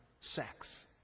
sex